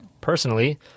personally